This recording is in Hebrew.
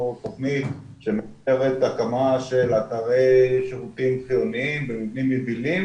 תוכנית שמתכננת הקמה של אתרי שירותים חיוניים במבנים יבילים